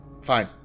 Fine